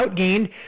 outgained